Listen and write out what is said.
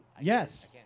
yes